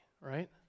right